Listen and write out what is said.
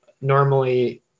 normally